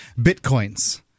bitcoins